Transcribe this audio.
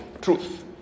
Truth